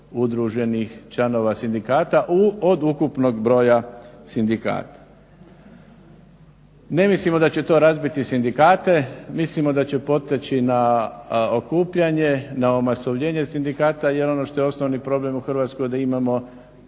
udruženih članova sindikata od ukupnog broja sindikata. Ne mislimo da će to razbiti sindikate. Mislimo da će potaći na okupljanje, na omasovljenje sindikata. Jer ono što je osnovni problem u Hrvatskoj je da imamo